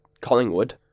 Collingwood